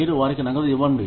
మీరు వారికి నగదు ఇవ్వండి